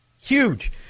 Huge